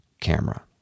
camera